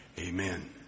Amen